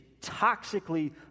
toxically